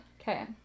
Okay